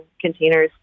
containers